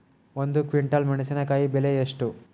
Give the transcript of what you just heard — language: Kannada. ಒಂದು ಕ್ವಿಂಟಾಲ್ ಮೆಣಸಿನಕಾಯಿ ಬೆಲೆ ಎಷ್ಟು?